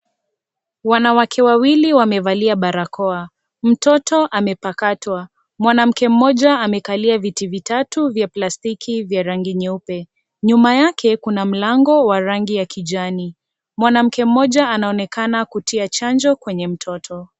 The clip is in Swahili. Wanawake wawili wamevalia barakoa, mtoto amepakatwa, mwanamke mmoja amekalia viti vitatu vya plastiki vya rangi nyeupe nyuma yake kuna mlango wa rangi ya kijani, mwanamke mmoja anaonekana kutia chanjo kwenye mtoto.